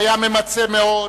היה ממצה מאוד.